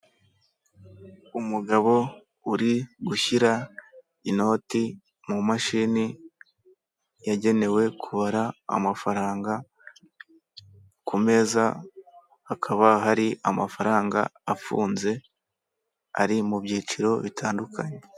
Umugabo uri gushyira inoti mu mu mashini yagenewe kubara amafaranga, ku meza hakaba hari amafaranga afunze ari mu byiciro bitandukanye.